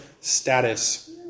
status